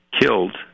killed